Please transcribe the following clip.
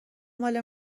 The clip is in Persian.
مال